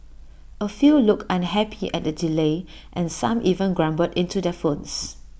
A few looked unhappy at the delay and some even grumbled into their phones